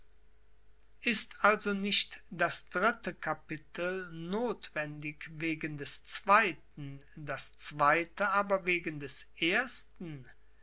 ist also nicht das dritte kapitel nothwendig wegen des zweiten das zweite aber wegen des ersten